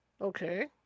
okay